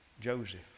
Joseph